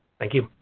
thank you.